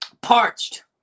Parched